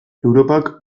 europak